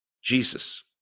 Jesus